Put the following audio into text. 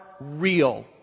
real